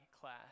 class